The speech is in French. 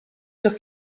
sur